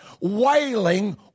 wailing